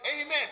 Amen